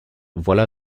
voilà